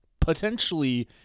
potentially